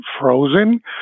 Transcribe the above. frozen